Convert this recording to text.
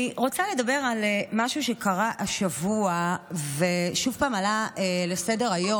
אני רוצה לדבר על משהו שקרה השבוע ושוב עלה לסדר-היום,